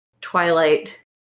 twilight